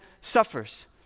suffers